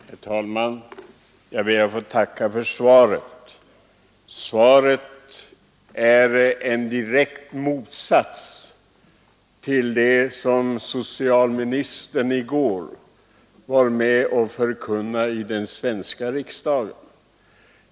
Herr talman! Jag ber att få tacka för svaret. Svaret står i direkt motsats till vad socialministern i går förkunnade här i riksdagen.